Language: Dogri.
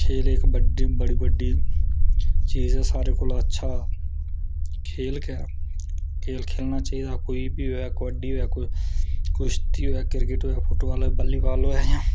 खेल इक बड्डी बड़ी बड्डी चीज़ सारे कोला अच्छा खेल गै खेल खेलना चाहिदा कोई बी होऐ कबड्डी होऐ कुश्ती होऐ क्रिकेट होऐ फुटबॉल होऐ वॉलीबॉल होऐ जां